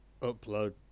upload